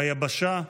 ביבשה,